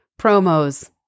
promos